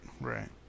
Right